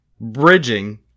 bridging